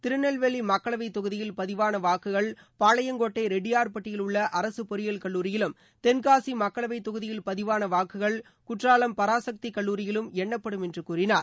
திருநெல்வேலி மக்களவை தொகுதியில் பதிவான வாக்குகள் பாளையங்கோட்டை ரெட்டியார்பட்டியில் உள்ள அரசு பொறியியல் கல்லுாரியிலும் தென்காசி மக்களவை தொகுதியில் பதிவான வாக்குகள் குற்றாலம் பராசக்தி கல்லுாரியிலும் எண்ணப்படும் என்று கூறினார்